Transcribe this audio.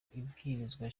ibwirizwa